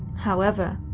however,